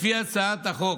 לפי הצעת החוק,